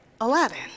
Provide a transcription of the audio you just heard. Aladdin